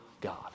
God